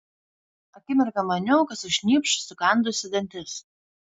akimirką maniau kad sušnypš sukandusi dantis